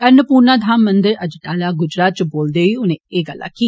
अन्नपूर्णा धाम मंदरै अदालाज गुजरात च बोलदे होई उनें एह् गल्ल आक्खी